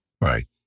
Right